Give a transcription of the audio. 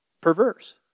perverse